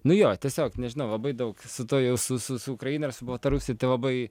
nu jo tiesiog nežinau labai daug su tuo jau su su su ukraina ir su baltarusija tai labai